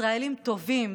ישראלים טובים,